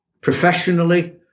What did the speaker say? Professionally